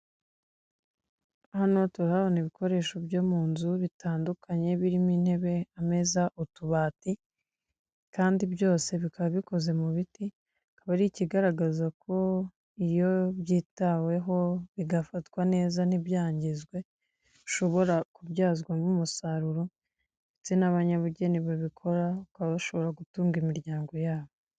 Hano turahabona ibikoresho byo mu nzu bitandukanye, birimo intebe, ameza, utubati kandi byose bikaba bikozwe mu biti, akaba ari ikigaragaza ko iyo byitaweho bigafatwa neza ntibyangirizwe bishobora kubyazwamo umusaruro ndetse n'abanyabugeni babikora bakaba bashobora gutunga imiryango yabo.